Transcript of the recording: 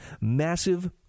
massive